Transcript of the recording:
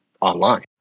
online